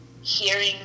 hearing